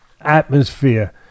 atmosphere